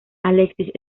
alexis